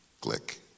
Click